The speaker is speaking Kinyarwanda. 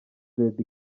lady